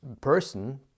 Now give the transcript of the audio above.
person